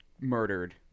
murdered